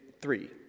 three